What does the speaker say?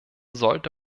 sollte